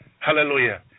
Hallelujah